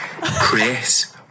chris